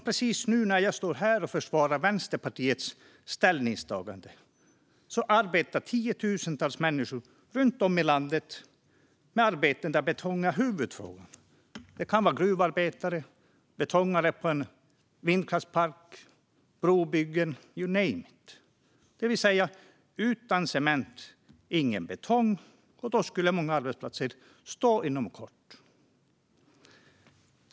Precis nu, när jag står här och försvarar Vänsterpartiets ställningstagande, arbetar tiotusentals människor runt om i landet med arbeten där betong är huvudråvaran. Det kan vara gruvarbetare, "betongare" på en vindkraftspark, brobyggen - you name it. Det vill säga: utan cement ingen betong. Då skulle många arbetsplatser stå stilla inom kort.